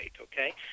okay